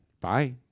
Bye